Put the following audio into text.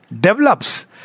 develops